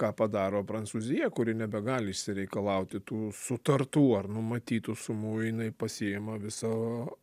ką padaro prancūzija kuri nebegali išsireikalauti tų sutartų ar numatytų sumų jinai pasiima visą